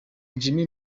jimmy